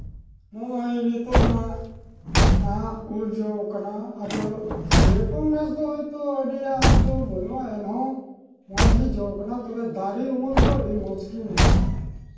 ᱱᱚᱜᱼᱚᱭ ᱱᱤᱛᱳᱜ ᱢᱟ ᱱᱟᱦᱟᱜ ᱩᱞ ᱡᱚ ᱟᱠᱟᱱᱟ ᱟᱫᱚ ᱥᱮᱨᱚᱠᱚᱢ ᱱᱮᱥ ᱫᱚ ᱦᱳᱭᱛᱳ ᱟᱹᱰᱤ ᱟᱸᱴ ᱫᱚ ᱵᱟᱹᱱᱩᱜᱼᱟ ᱮᱱᱦᱚᱸ ᱢᱚᱡᱽᱜᱮ ᱡᱚ ᱟᱠᱟᱱᱟ ᱛᱚᱵᱮ ᱫᱟᱨᱮ ᱩᱢᱩᱞ ᱫᱚ ᱟᱹᱰᱤ ᱢᱚᱡᱽᱜᱮ ᱢᱮᱱᱟᱜᱼᱟ